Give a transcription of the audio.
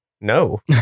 no